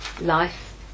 Life